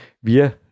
wir